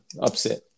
upset